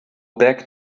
back